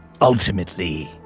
Ultimately